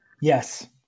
Yes